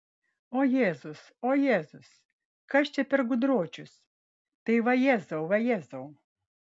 o jėzus o jėzus kas čia per gudročius tai vajezau vajezau